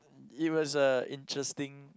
it was a interesting